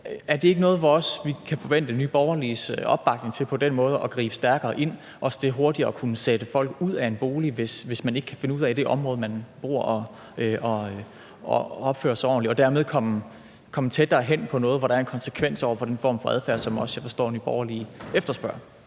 er det så ikke noget, som vi kan forvente Nye Borgerliges opbakning til, altså på den måde at gribe stærkere ind og også hurtigere at kunne sætte folk ud af en bolig, hvis man ikke kan finde ud af i det område, man bor, at opføre sig ordentligt, så vi dermed kommer tættere hen på noget, hvor der er en konsekvens over for den form for adfærd, som jeg forstår Nye Borgerlige også efterspørger?